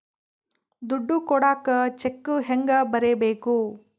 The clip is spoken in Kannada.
ದುಡ್ಡು ಕೊಡಾಕ ಚೆಕ್ ಹೆಂಗ ಬರೇಬೇಕು?